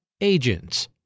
Agents